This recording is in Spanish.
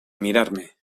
mirarme